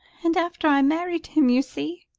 and after i married him, you see,